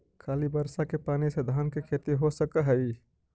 खाली बर्षा के पानी से धान के खेती हो सक हइ?